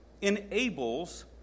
enables